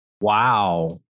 Wow